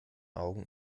augen